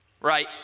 Right